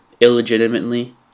Illegitimately